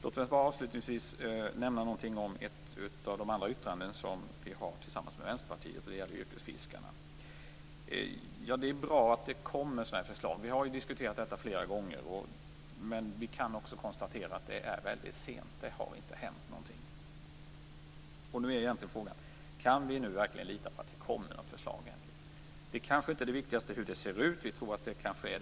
Låt mig avslutningsvis bara nämna ett av de yttranden som vi har tillsammans med Vänsterpartiet. Det gäller yrkesfiskarna. Det är bra att det kommer sådana här förslag. Vi har diskuterat detta flera gånger, men vi kan konstatera att det är väldigt sent. Det har inte hänt någonting. Frågan är: Kan vi nu verkligen lita på att det kommer något förslag? Det viktigaste är kanske inte hur det ser ut.